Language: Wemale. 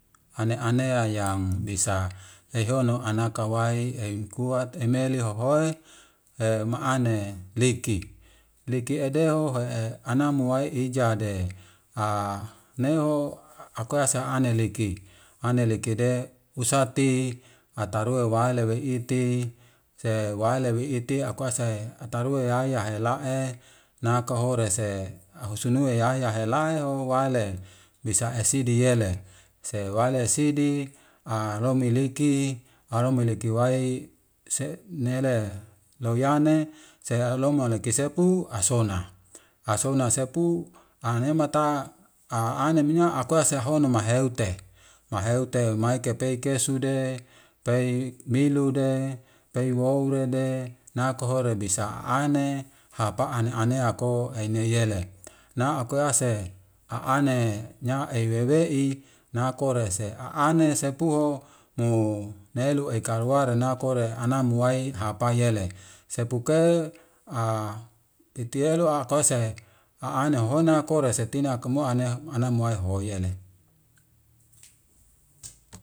Ane anea yam bisa hehono anaka wai eim kuat emele hohoe maane liki, liki ede hoh anamo wi ijade neho akuese ane liki ane likide usati atarue wile weiti se waile weiti akuese atarue yaya hela'e nakohorese hasunue yaya helaiho wale, bisa esidi yele, sewaile sidi, lomiliki haromi liki wai si nele loyane se loma nikiki sepu asone, ason sepu anemata ayemina kuese hono maheute maheute maike paike sude pei milude, pai wurede, nakohore bisa ane hapa ane ane ako eyneyele nakuase anane nya ewaiwe'i nakore se aane sepuho mo nelu ekarwa renakore anaamu wai hapayele sepuke pitiyelo akose a'anehona kore setina kmoane ane ne mowaiho yele.